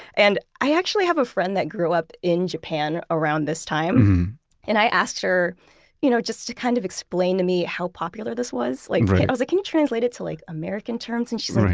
and i actually have a friend that grew up in japan around this time and i asked her you know just to kind of explain to me how popular this was. like i was like, can you translate it to like american terms? and she's like,